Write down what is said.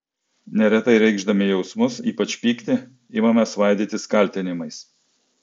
neretai reikšdami jausmus ypač pyktį imame svaidytis kaltinimais